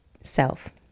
self